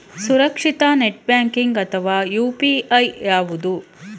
ಸುರಕ್ಷಿತ net banking ಅಥವಾ UPI ಯಾವುದು?